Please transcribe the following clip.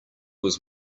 was